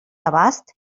abast